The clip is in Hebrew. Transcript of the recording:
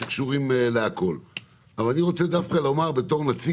מה שמעניין את כולנו,